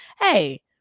hey